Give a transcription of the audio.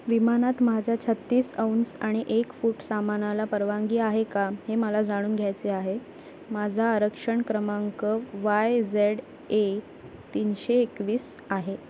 विमानात माझ्या छत्तीस औंस आणि एक फूट सामानाला परवानगी आहे का हे मला जाणून घ्यायचे आहे माझा आरक्षण क्रमांक वाय जेड ए तीनशे एकवीस आहे